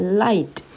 light